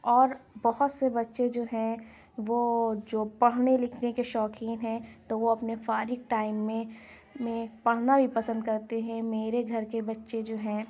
اور بہت سے بچے جو ہیں وہ جو پڑھنے لکھنے کے شوقین ہیں تو وہ اپنے فارغ ٹائم میں میں پڑھنا بھی پسند کرتے ہیں میرے گھر کے بچے جو ہیں